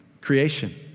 creation